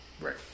Right